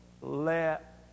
Let